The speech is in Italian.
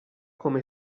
come